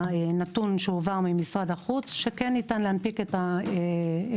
הנתון שהועבר ממשרד החוץ שכן ניתן להנפיק את התעודות